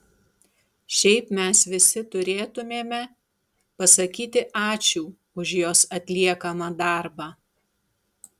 šiaip mes visi turėtumėme pasakyti ačiū už jos atliekamą darbą